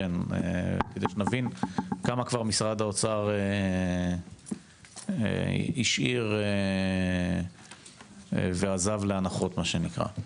כדי שנבין כמה משרד האוצר השאיר ועזב לאנחות מה שנקרא.